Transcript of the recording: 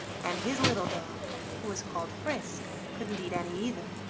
and his little dog, who was called frisk, couldn't eat any either,